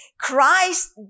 Christ